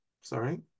sorry